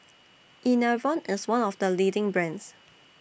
Enervon IS one of The leading brands